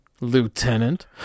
lieutenant